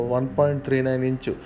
1.39-inch